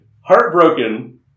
heartbroken